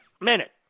minute